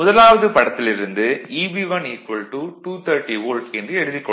முதலாவது படத்திலிருந்து Eb1 230 volt என்று எழுதிக் கொள்ளலாம்